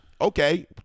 okay